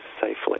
safely